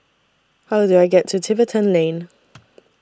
How Do I get to Tiverton Lane